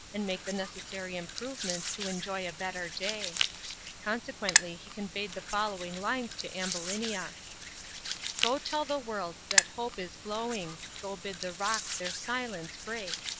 and make the necessary improvements to enjoy a better day consequently he conveyed the following lines to ambulinia go tell the world that hope is glowing, go bid the rocks their silence break,